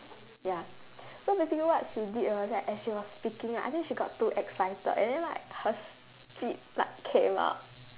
ya so basically what she did was right as she was speaking right I think she got too excited and then like her spit like came out